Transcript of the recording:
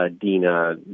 Dina